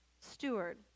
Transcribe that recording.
Steward